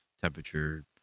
temperature